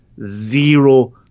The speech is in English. zero